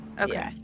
Okay